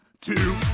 two